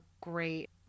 great